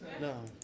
No